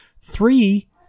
three